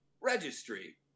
registry